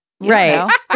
Right